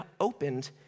opened